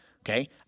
Okay